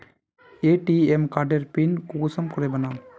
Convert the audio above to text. ATM कार्डेर PIN कुंसम के बनाम?